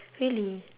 really